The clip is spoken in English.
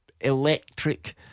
electric